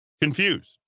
Confused